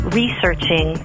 researching